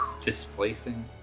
Displacing